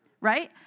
right